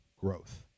growth